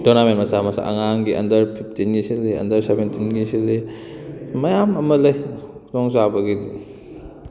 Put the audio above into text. tournament ꯃꯆꯥ ꯃꯆꯥ ꯑꯉꯥꯡꯒꯤ ꯑꯟꯗꯔ ꯐꯤꯐꯇꯤꯟꯒꯤ ꯁꯤꯜꯂꯤ ꯑꯟꯗꯔ ꯁꯕꯦꯟꯇꯤꯟꯒꯤ ꯁꯤꯜꯂꯤ ꯃꯌꯥꯝ ꯑꯃ ꯂꯩ ꯈꯨꯗꯣꯡ ꯆꯥꯕꯒꯤꯗꯤ